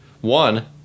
One